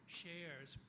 shares